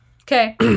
Okay